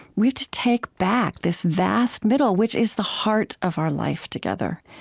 we have to take back this vast middle, which is the heart of our life together.